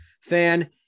fan